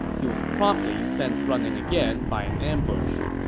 he was promptly sent running again by an ambush.